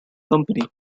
company